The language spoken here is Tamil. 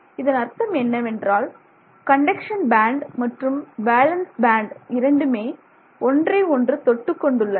இதன் அர்த்தம் என்னவென்றால் கண்டக்ஸன் பேண்ட் மற்றும் வேலன்ஸ் பேண்ட் இரண்டுமே ஒன்றை ஒன்று தொட்டுக் கொண்டுள்ளன